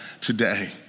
today